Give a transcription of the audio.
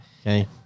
Okay